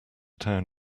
town